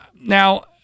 Now